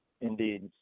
Indeed